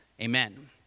amen